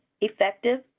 effective